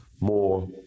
more